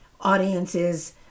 audiences